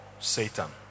Satan